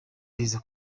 riza